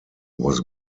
was